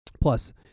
Plus